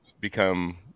become